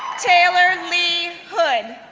taylor lee hood,